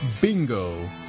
Bingo